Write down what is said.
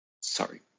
sorry